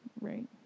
Right